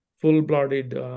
Full-blooded